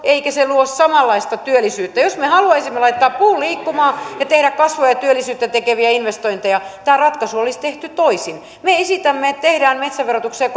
eikä luo samanlaista työllisyyttä jos me haluaisimme laittaa puun liikkumaan ja tehdä kasvua ja ja työllisyyttä tekeviä investointeja tämä ratkaisu olisi tehty toisin me esitämme että tehdään metsäverotuksen